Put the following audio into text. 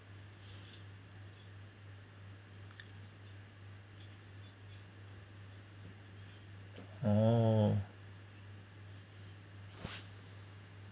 oh